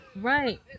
right